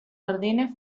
jardines